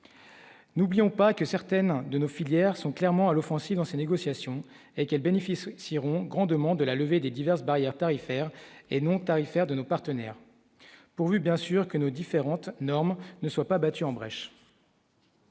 ou pas, que certaines de nos filières sont clairement à l'offensive dans ses négociations et quel bénéfice Ciron grand demande la levée des diverses barrières tarifaires et non tarifaires de nos partenaires, pourvu bien sûr que nos différentes normes ne soit pas battu en brèche.